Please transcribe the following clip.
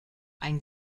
ein